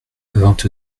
vingt